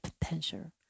potential